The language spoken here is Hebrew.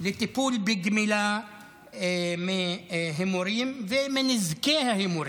לטיפול בגמילה מהימורים ובנזקי ההימורים.